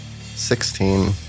sixteen